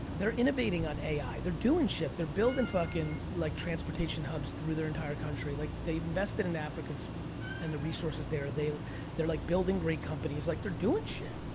they're innovating on ai. they're doing shit. they're building fucking like transportation hubs through their entire country. like they've invested in africa and the resources there. they're like building great companies. like they're doing shit.